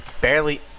barely